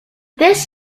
this